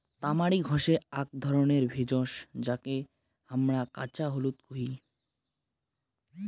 তামারিক হসে আক ধরণের ভেষজ যাকে হামরা কাঁচা হলুদ কোহি